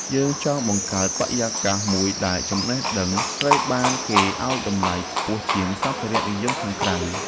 យើងចង់បង្កើតបរិយាកាសមួយដែល ចំណេះដឹង ត្រូវបានគេឱ្យតម្លៃខ្ពស់ជាងសម្ភារៈនិយមខាងក្រៅ។